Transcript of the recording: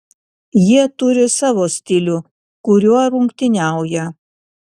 jie turi savo stilių kuriuo rungtyniauja